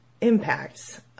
impacts